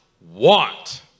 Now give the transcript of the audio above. want